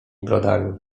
brodami